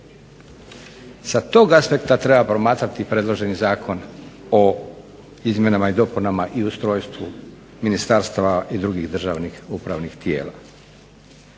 Sa tog aspekta treba promatrati predloženi zakon o izmjenama i dopunama i ustrojstvu ministarstava i drugih državnih upravnih tijela.